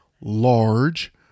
large